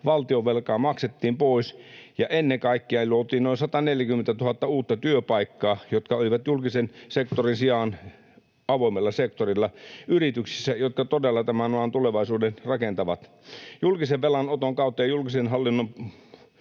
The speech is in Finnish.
valtionvelkaa maksettiin pois ja ennen kaikkea luotiin noin 140 000 uutta työpaikkaa, jotka olivat julkisen sektorin sijaan avoimella sektorilla, yrityksissä, jotka todella tämän maan tulevaisuuden rakentavat. Julkisen velanoton kautta ja julkisen hallinnon